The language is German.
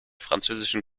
französischen